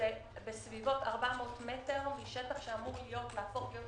כ-400 מטר משטח שאמור להפוך להיות ציבורי,